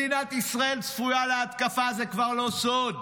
מדינת ישראל צפויה להתקפה, זה כבר לא סוד.